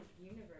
universe